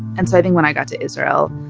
and so i think when i got to israel,